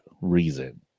reason